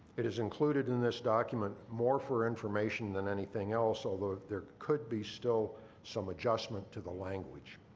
it is included in this document more for information than anything else although there could be still some adjustment to the language.